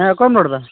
ᱦᱮᱸ ᱚᱠᱚᱭᱮᱢ ᱨᱚᱲ ᱮᱫᱟ